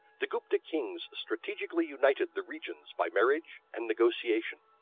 the gupta kings strategically united the regions by marriage and negotiation.